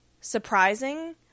surprising